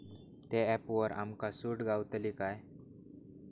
त्या ऍपवर आमका सूट गावतली काय?